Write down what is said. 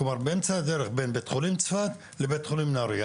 כלומר באמצע הדרך בין בית חולים צפת לבית חולים נהריה.